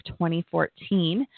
2014